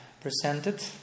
presented